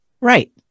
Right